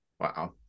Wow